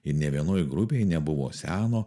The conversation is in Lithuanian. ir nė vienoj grupėj nebuvo seno